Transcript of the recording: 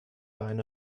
eine